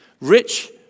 Rich